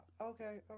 okay